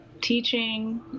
teaching